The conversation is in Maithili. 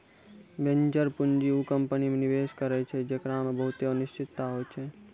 वेंचर पूंजी उ कंपनी मे निवेश करै छै जेकरा मे बहुते अनिश्चिता होय छै